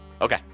Okay